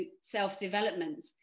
self-development